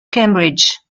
cambridge